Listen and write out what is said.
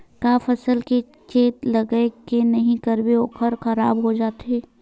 का फसल के चेत लगय के नहीं करबे ओहा खराब हो जाथे?